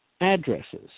addresses